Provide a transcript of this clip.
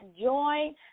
Join